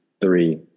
three